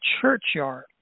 churchyard